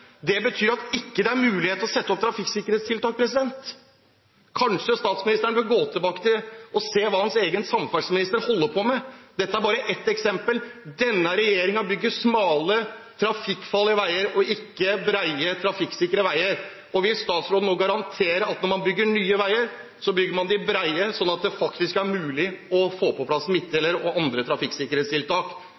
Det betyr at det ikke er mulig å sette opp trafikksikkerhetstiltak. Kanskje statsministeren bør gå tilbake og se på hva hans egen samferdselsminister holder på med. Dette er bare ett eksempel. Denne regjeringen bygger smale, trafikkfarlige veier og ikke brede, trafikksikre veier. Vil statsministeren nå garantere at når man bygger nye veier, bygger man dem brede, slik at det faktisk er mulig å få på plass midtdelere og andre trafikksikkerhetstiltak